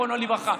זיכרונו לברכה.